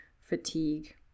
fatigue